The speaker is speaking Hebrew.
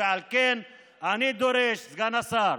על כן אני דורש, סגן השר,